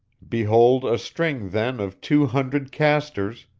behold a string, then, of two hundred castors,